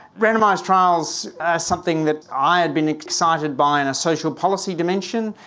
randomised trials are something that i had been excited by in a social policy dimension,